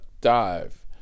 dive